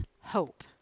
hope